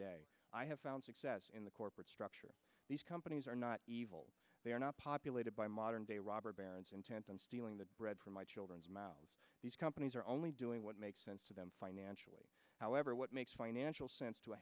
day i have found success in the corporate structure these companies are not evil they are not populated by modern day robber barons intent on stealing the bread from my children's mouth these companies are only doing what makes sense to them financially however what makes financial sense to a